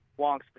wonk's